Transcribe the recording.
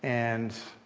and